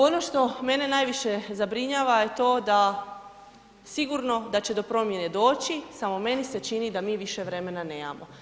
Ono što mene najviše zabrinjava je to da sigurno da će do promjene doći, samo meni se čini da mi više vremena nemamo.